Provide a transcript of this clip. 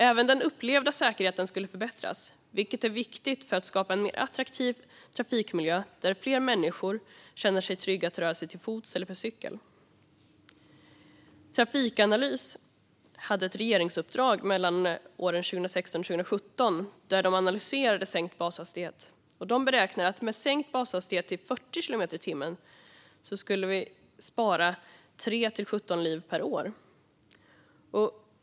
Även den upplevda säkerheten skulle förbättras, vilket är viktigt för att skapa en mer attraktiv trafikmiljö där fler människor känner sig trygga att röra sig till fots eller per cykel. Trafikanalys hade under åren 2016 och 2017 ett regeringsuppdrag där de analyserade sänkt bashastighet. De beräknade att vi med en sänkning av bashastigheten till 40 kilometer i timmen skulle spara 3-17 liv per år.